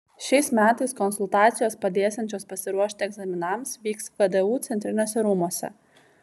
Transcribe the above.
šiais metais konsultacijos padėsiančios pasiruošti egzaminams vyks vdu centriniuose rūmuose